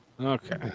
Okay